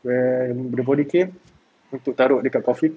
when the body came untuk taruk dekat coffin